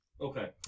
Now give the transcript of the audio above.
Okay